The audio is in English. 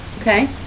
Okay